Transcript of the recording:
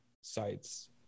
sites